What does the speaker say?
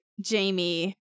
jamie